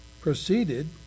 proceeded